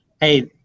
hey